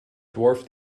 dwarf